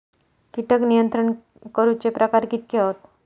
कीटक नियंत्रण करूचे प्रकार कितके हत?